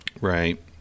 Right